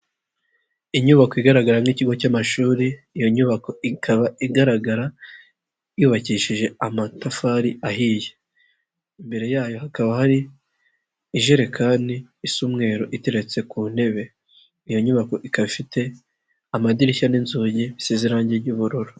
Inyubako igaragara nk'ikigo cy'amashuri, iyo nyubako ikaba igaragara, yubakishije amatafari ahiye, imbere yayo hakaba hari ijerekani, isa umweru iteretse ku ntebe, iyo nyubako ikaba ifite amadirishya n'inzugi bisize irangi ry'ubururu.